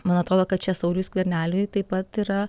man atrodo kad čia sauliui skverneliui taip pat yra